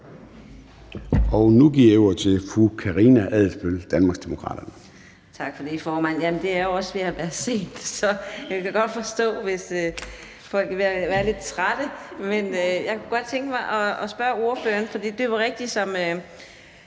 Nu giver jeg ordet til fru Karina Adsbøl, Danmarksdemokraterne. Kl. 22:15 Karina Adsbøl (DD): Tak for det, formand. Jamen det er også ved at være sent, så jeg kan godt forstå, hvis folk er ved at være lidt trætte. Men jeg kunne godt tænke mig at spørge ordføreren om noget, for det er jo rigtigt, hvad